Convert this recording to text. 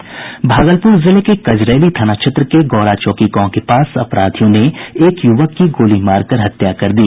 भागलपुर जिले के कजरैली थाना क्षेत्र के गौरा चौकी गांव के पास अपराधियों ने एक यूवक की गोली मारकर हत्या कर दी